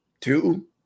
Two